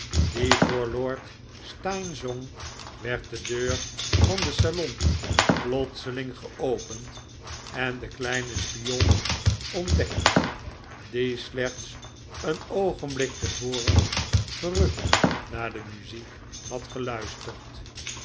die voor lord steyne zong werd de deur van het salon plotseling geopend en de kleine spion ontdekt die slechts een oogenblik te voren verrukt naar de muziek had geluisterd